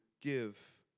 give